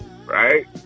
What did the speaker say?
right